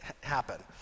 happen